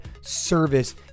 service